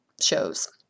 shows